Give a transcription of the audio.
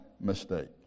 mistake